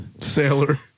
Sailor